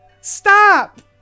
Stop